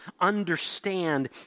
understand